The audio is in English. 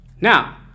Now